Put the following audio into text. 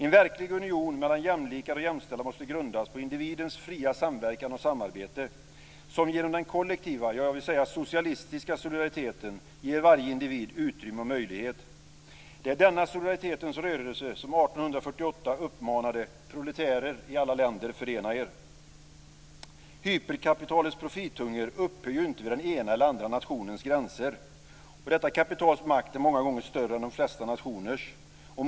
En verklig union mellan jämlikar och jämställda måste grundas på individens fria samverkan och samarbete, som genom den kollektiva - ja, jag vill säga socialistiska - solidariteten ger varje individ utrymme och möjlighet. Det är denna solidaritetens rörelse som 1848 uppmanade: Proletärer i alla länder, förena er! Hyperkapitalets profithunger upphör inte vid den ena eller andra nationens gränser. Detta kapitals makt är många gånger större än de flesta nationers.